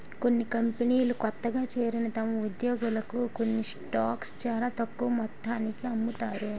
కొన్ని కంపెనీలు కొత్తగా చేరిన తమ ఉద్యోగులకు కొన్ని స్టాక్స్ చాలా తక్కువ మొత్తానికి అమ్ముతారు